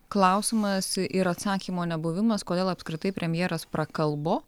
klausimas ir atsakymo nebuvimas kodėl apskritai premjeras prakalbo